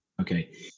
Okay